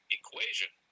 equation